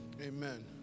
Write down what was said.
Amen